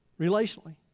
relationally